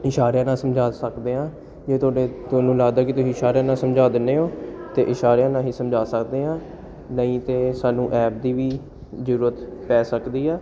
ਇਸ਼ਾਰਿਆਂ ਨਾਲ ਸਮਝਾ ਸਕਦੇ ਹਾਂ ਜੇ ਤੁਹਾਡੇ ਤੁਹਾਨੂੰ ਲੱਗਦਾ ਕਿ ਤੁਸੀਂ ਇਸ਼ਾਰਿਆਂ ਨਾਲ ਸਮਝਾ ਦਿੰਦੇ ਹੋ ਅਤੇ ਇਸ਼ਾਰਿਆਂ ਨਾਲ ਹੀ ਸਮਝਾ ਸਕਦੇ ਹਾਂ ਨਹੀਂ ਤਾਂ ਸਾਨੂੰ ਐਪ ਦੀ ਵੀ ਜ਼ਰੂਰਤ ਪੈ ਸਕਦੀ ਆਂ